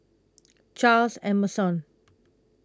Charles Emmerson